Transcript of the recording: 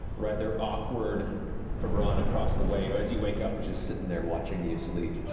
rather awkward febron across the way, who, as you wake up, is just sitting there watching you sleep.